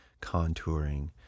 contouring